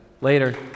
Later